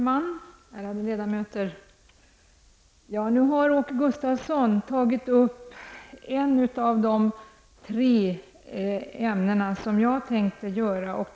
Fru talman! Nu har Åke Gustavsson tagit upp ett av de tre ämnen som jag tänkte ta upp.